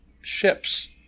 ships